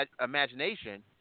imagination